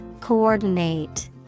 Coordinate